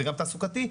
וגם תעסוקתי,